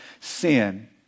sin